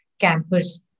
campus